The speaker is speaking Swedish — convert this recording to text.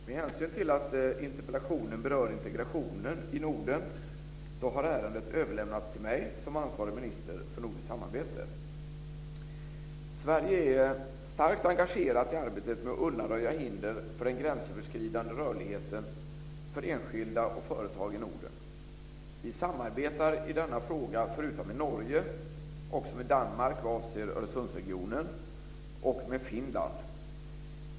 Med hänsyn till att interpellationen berör integration i Norden har ärendet överlämnats till mig som ansvarig minister för nordiskt samarbete. Sverige är starkt engagerat i arbetet med att undanröja hinder för den gränsöverskridande rörligheten för enskilda och företag i Norden. Vi samarbetar i denna fråga förutom med Norge också med Danmark vad avser Öresundsregionen och med Finland.